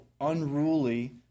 unruly